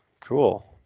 cool